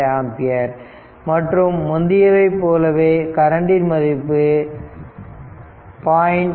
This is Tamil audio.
2 ஆம்பியர் மற்றும் முந்தியவை போலவே கரண்டின் மதிப்பு 0